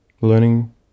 learning